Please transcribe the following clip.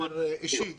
בסדר גמור.